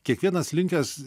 kiekvienas linkęs